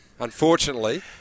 Unfortunately